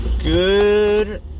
Good